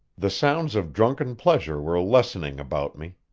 the sounds of drunken pleasure were lessening about me.